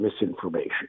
misinformation